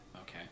okay